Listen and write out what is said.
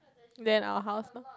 then our house lor